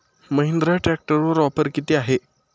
महिंद्रा ट्रॅक्टरवर ऑफर किती आहे?